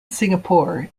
singapore